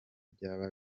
byaba